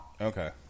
Okay